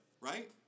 Right